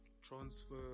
transfer